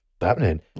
happening